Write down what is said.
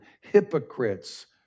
hypocrites